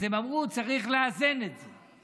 אז הם אמרו: צריך לאזן את זה.